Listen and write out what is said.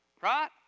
Right